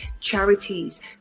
charities